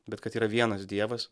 bet kad yra vienas dievas